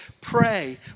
pray